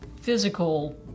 physical